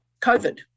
COVID